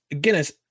Guinness